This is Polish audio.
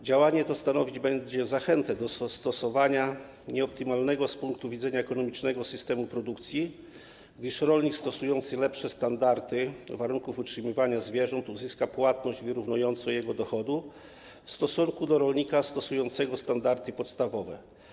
Działanie to stanowić będzie zachętę do stosowania nieoptymalnego z ekonomicznego punktu widzenia systemu produkcji, gdyż rolnik stosujący lepsze standardy warunków utrzymywania zwierząt uzyska płatność wyrównującą jego dochód w stosunku do rolnika stosującego standardy podstawowe.